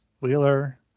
Wheeler